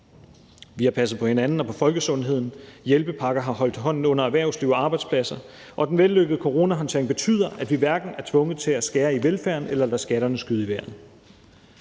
Vi har passet på hinanden og på folkesundheden, hjælpepakker har holdt hånden under erhvervslivet og arbejdspladser, og den vellykkede coronahåndtering betyder, at vi hverken er tvunget til at skære i velfærden eller lade skatterne skyde i vejret.